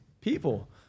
people